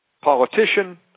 politician